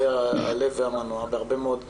תל אביב זה אולי הלב והמנוע בהרבה מאוד תחומים.